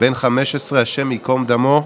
בן 15, השם ייקום דמו,